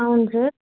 అవున్ సార్